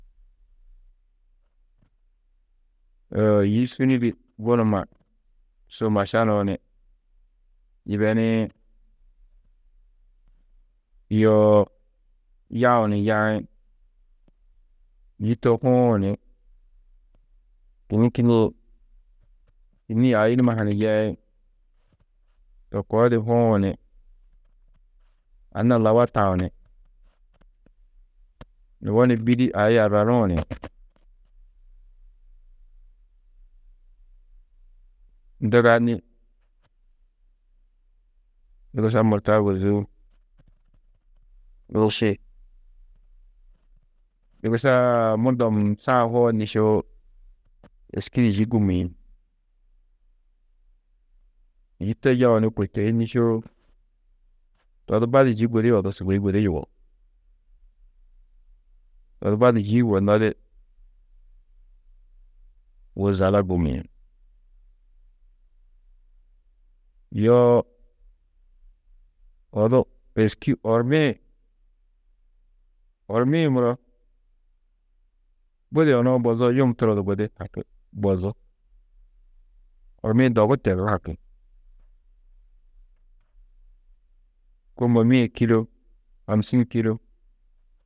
yî sûni di gunuma su maša nuũ ni yibeniĩ, yoo yau ni yaĩ, yî to huũ ni kînni kînniĩ, kînniĩ ai numa ha ni yeĩ, to koo di huũ ni anna laba taũ ni nubo ni bîdi ai arranuũ ni nduganî dugusa murta ôguzuu nîši, dugusa murdom sã hoo nîšoo, êski di yî gûmiĩ, yî to yau ni kôi to hi nîšoo to di baddu yî gudi odu sûgoi gudi yugó, to di baddu yî yugonnodi wô Zala gûmiĩ. Yoo odu êriski ormii-ĩ, ormi-ĩ muro budi onou bozoo yum turo du gudi haki bozú. Ormi-ĩ dogu tedú haki, kômo mîe kîlo, hamsîn kîlo.